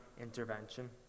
intervention